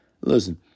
Listen